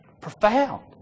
Profound